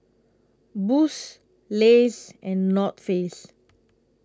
Boost Lays and North Face